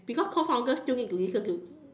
because co founder still need to listen to